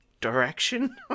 direction